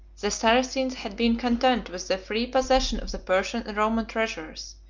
the saracens had been content with the free possession of the persian and roman treasures,